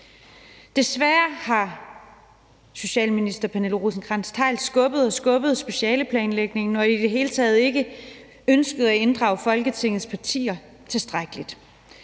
Desværre har socialminister Pernille Rosenkrantz-Theil skubbet og skubbet specialeplanlægningen og i det hele taget ikke ønsket at inddrage Folketingets partier tilstrækkeligt,